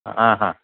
हां हां